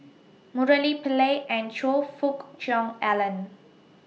Murali Pillai and Choe Fook Cheong Alan